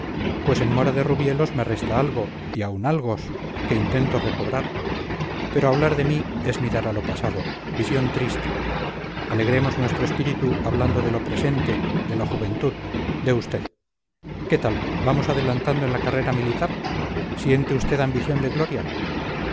pues en mora de rubielos me resta algo y aun algos que intento recobrar pero hablar de mí es mirar a lo pasado visión triste alegremos nuestro espíritu hablando de lo presente de la juventud de usted qué tal vamos adelantado en la carrera militar siente usted ambición de gloria